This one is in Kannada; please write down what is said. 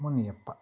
ಮುನಿಯಪ್ಪ